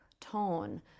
tone